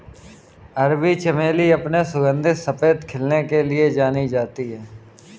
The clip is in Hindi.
अरबी चमेली अपने सुगंधित सफेद खिलने के लिए जानी जाती है